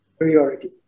priority